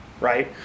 right